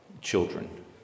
children